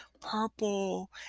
purple